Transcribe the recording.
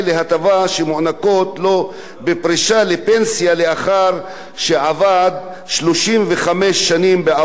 לפנסיה לאחר שעבד 35 שנים בעבודה פיזית קשה בתחום הבנייה,